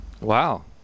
Wow